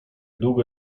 długo